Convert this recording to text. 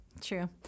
true